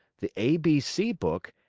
the a b c book,